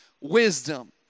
wisdom